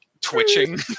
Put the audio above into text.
twitching